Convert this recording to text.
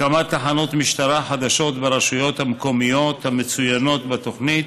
הקמת תחנות משטרה חדשות ברשויות המקומיות המצוינות בתוכנית